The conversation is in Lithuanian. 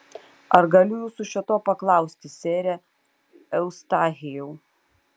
ar galiu jūsų šio to paklausti sere eustachijau